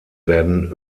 werden